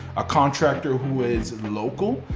a contractor who is local,